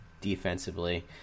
defensively